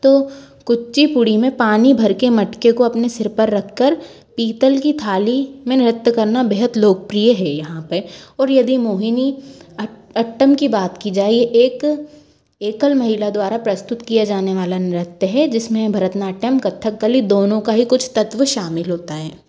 तो कुचिपुड़ी में पानी भर के मटके को अपने सिर पर रख कर पीतल की थाली में नृत्य करना बेहद लोकप्रिय है यहाँ पर और यदि मोहिनी अट्टम की बात की जाए ये एक एकल महिला द्वारा प्रस्तुत किया जाने वाला नृत्य है जिस में भरतनाट्यम कथकली दोनों का ही कुछ शामिल होता है